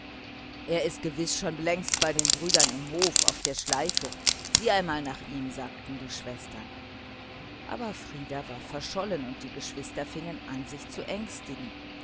er ist gewiß schon längst bei den brüdern im hof auf der schleife sieh einmal nach ihm sagten die schwestern aber frieder war verschollen und die geschwister fingen an sich zu ängstigen